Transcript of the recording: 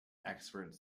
experts